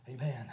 amen